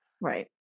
Right